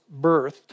birthed